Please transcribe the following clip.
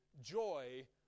joy